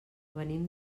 venim